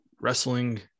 wrestling